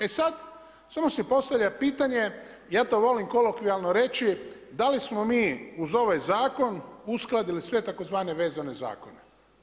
E sada, samo se postavlja pitanje, ja to volim kolokvijalno reći, da li smo mi uz ovaj zakon uskladili sve tzv. vezane zakone?